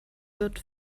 wird